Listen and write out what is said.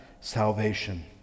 salvation